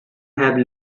have